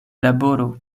laboro